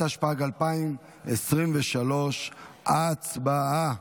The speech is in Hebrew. התשפ"ג 2023. הצבעה.